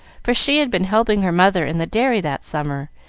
for she had been helping her mother in the dairy that summer,